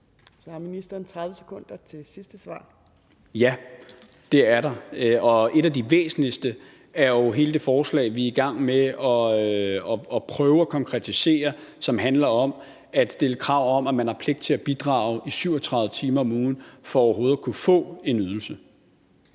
Beskæftigelsesministeren (Peter Hummelgaard): Ja, det er der, og et af de væsentligste er jo hele det forslag, vi er i gang med og prøver at konkretisere, og som handler om at stille krav om, at man har pligt til at bidrage i 37 timer om ugen for overhovedet at kunne få en ydelse.